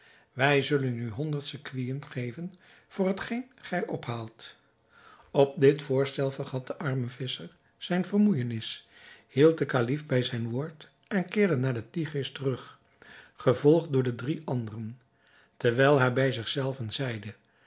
wij zullen u honderd sequinen geven voor hetgeen gij ophaalt op dit voorstel vergat de arme visscher zijne vermoeijenis hield den kalif bij zijn woord en keerde naar den tigris terug gevolgd door de drie anderen terwijl hij bij zich zelven zeide